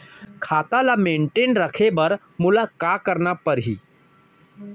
खाता ल मेनटेन रखे बर मोला का करना पड़ही?